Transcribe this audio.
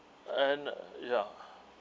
and ya